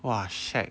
!wah! shag